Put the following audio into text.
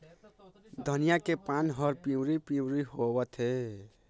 धनिया के पान हर पिवरी पीवरी होवथे?